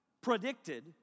predicted